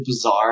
bizarre